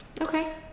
Okay